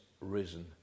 risen